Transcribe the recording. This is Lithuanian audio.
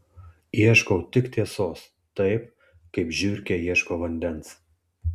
ieškau tik tiesos taip kaip žiurkė ieško vandens